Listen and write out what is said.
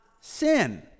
sin